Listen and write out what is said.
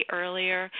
earlier